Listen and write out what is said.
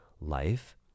life